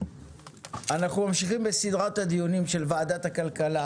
אנחנו ממשיכים בסדרת הדיונים של וועדת הכלכלה,